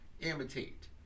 imitate